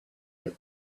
him